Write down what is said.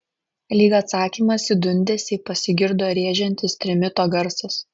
lyg atsakymas į dundesį pasigirdo rėžiantis trimito garsas